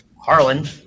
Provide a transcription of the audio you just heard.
Harlan